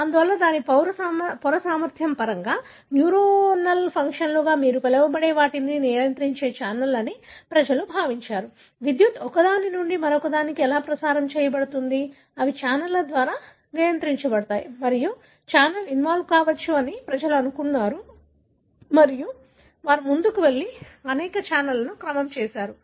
అందువల్ల దాని పొర సామర్థ్యం పరంగా న్యూరోనల్ ఫంక్షన్లుగా మీరు పిలవబడే వాటిని నియంత్రించే ఛానెల్లు అని ప్రజలు భావించారు విద్యుత్ ఒకదాని నుండి మరొకదానికి ఎలా ప్రసారం చేయబడుతుంది ఇవి ఛానెల్ల ద్వారా నియంత్రించబడతాయి మరియు ఛానెల్ ఇన్వాల్వ్ కావచ్చు అని ప్రజలు అనుకున్నారు మరియు వారు ముందుకు వెళ్లి అనేక ఛానెల్లను క్రమం చేశారు